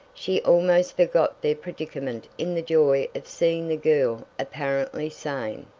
she almost forgot their predicament in the joy of seeing the girl apparently sane.